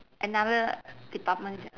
another department is at